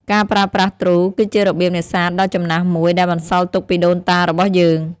ការប្រើប្រាស់ទ្រូ គឺជារបៀបនេសាទដ៏ចំណាស់មួយដែលបន្សល់ទុកពីដូនតារបស់យើង។